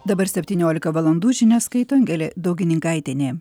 dabar septyniolika valandų žinias skaito angelė daugininkaitienė